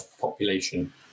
population